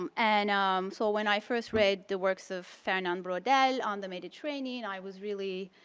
um and so when i first read the works of fernand braudel on the mediterranean, i was really